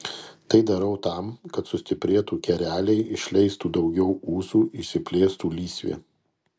tai darau tam kad sustiprėtų kereliai išleistų daugiau ūsų išsiplėstų lysvė